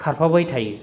खारफाबाय थायो